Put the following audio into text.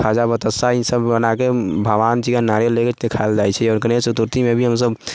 खाजा बताशा ई सब भी बनाके भगवान जीके नारियल लए कऽ देखायल जाइ छै आओर गणेश चतुर्थीमे भी हमसब खूब